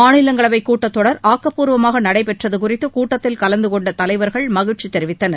மாநிலங்களவைக் கூட்டத் தொடர் ஆக்கபூர்வமாக நடைபெற்றது குறித்து கூட்டத்தில் கலந்து கொண்ட தலைவர்கள் மகிழ்ச்சி தெரிவித்தனர்